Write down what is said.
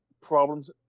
problems –